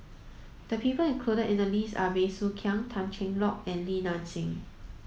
the people included in the list are Bey Soo Khiang Tan Cheng Lock and Li Nanxing